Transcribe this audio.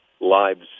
lives